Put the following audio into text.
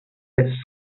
ice